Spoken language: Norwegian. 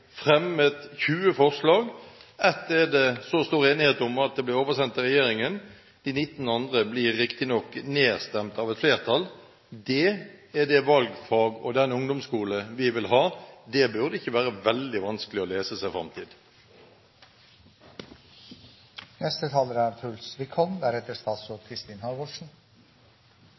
fremmet 20 forslag. Ett er det så stor enighet om at det blir oversendt regjeringen. De 19 andre blir riktignok nedstemt av et flertall. Det er de valgfag og den ungdomsskole vi vil ha, det burde det ikke være veldig vanskelig å lese seg fram til. Jeg er